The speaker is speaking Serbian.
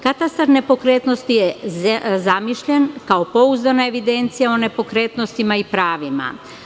Katastar nepokretnosti je zamišljen kao pouzdana evidencija o nepokretnostima i pravima.